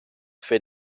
fit